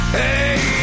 hey